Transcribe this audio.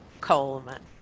Coleman